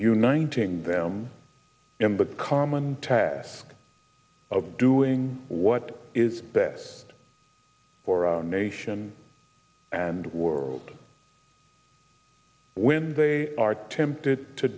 you nineteen them in but common task of doing what is best for our nation and world when they are tempted to